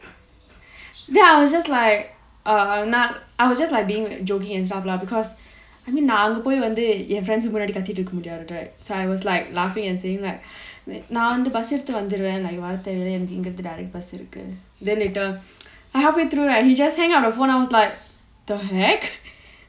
then I was just like err not I was just like being joking and stuff lah because I mean நான் அங்க போய் வந்து என்:naan anga poi vanthu en friends முன்னாடி கத்திட்டு இருக்க முடியாது:munnaadi kathittu irukka mudiyaathu right so I was like laughing and saying that நான் வந்து:naan vanthu direct bus எடுத்து வந்துருவேன் வர தேவை இல்ல எனக்கு இங்க இருந்து:eduthu vanthuruvaen vara thevai illa enakku inga irunthu direct bus இருக்கு:irukku then later halfway through right he just hang up the phone then I was like what the heck